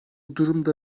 durumda